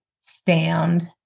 stand